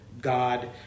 God